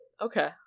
Okay